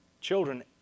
children